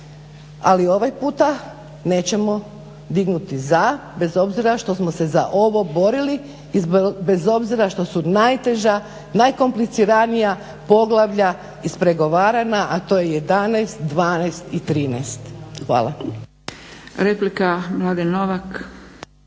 ali ovaj puta nećemo dignuti za, bez obzira što smo se za ovo borili, i bez obzira što su najteža, najkompliciranija poglavlja ispregovarana, a to je 11,12 i 13. Hvala.